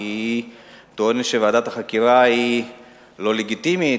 כי היא טוענת שוועדת החקירה היא לא לגיטימית,